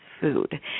food